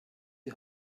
die